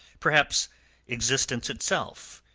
perhaps existence itself,